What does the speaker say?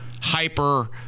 hyper